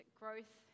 growth